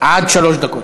עד שלוש דקות.